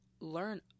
learn